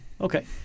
okay